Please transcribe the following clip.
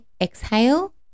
exhale